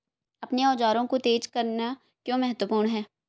अपने औजारों को तेज करना क्यों महत्वपूर्ण है?